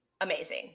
amazing